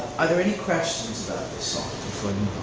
are there any questions so